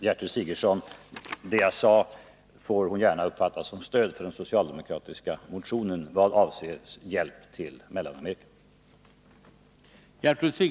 Gertrud Sigurdsen får gärna uppfatta det jag sade som stöd för den socialdemokratiska motionen vad avser det vi nu diskuterar.